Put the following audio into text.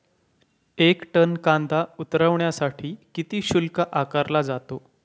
एक टन कांदा उतरवण्यासाठी किती शुल्क आकारला जातो?